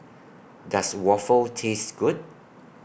Does Waffle Taste Good